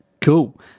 cool